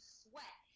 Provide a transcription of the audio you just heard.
sweat